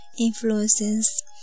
influences